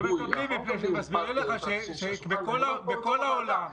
--- לא מקבלים, מפני שמסבירים לך שבכל העולם.